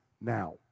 now